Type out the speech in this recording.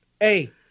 hey